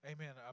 Amen